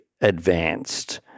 advanced